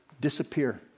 disappear